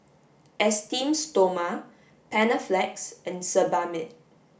Esteem Stoma Panaflex and Sebamed